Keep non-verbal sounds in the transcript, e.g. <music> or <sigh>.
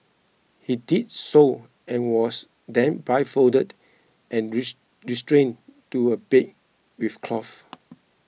he did so and was then blindfolded and <unintelligible> restrained to a bed with cloth